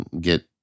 get